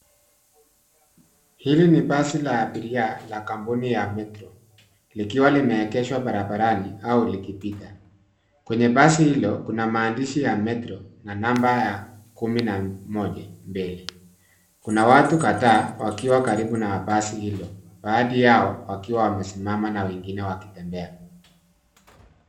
Hili ni basi la abiria la kampuni ya metro likiwa limeegeshwa barabarani au likipita. Kwenye basi hilo kuna maandishi ya metro na namba ya kumi na moja mbele. Kuna watu kadhaa wakiwa karibu na basi hilo baadhi yao wakiwa wamesimama na wengine wakitembea.